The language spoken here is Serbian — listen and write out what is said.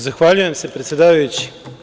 Zahvaljujem se, predsedavajući.